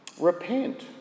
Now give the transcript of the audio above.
Repent